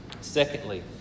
Secondly